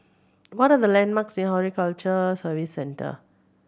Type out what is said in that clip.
what are the landmarks near Horticulture Services Centre